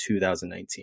2019